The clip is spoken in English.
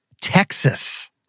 Texas